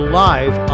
live